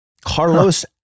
Carlos